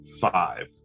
five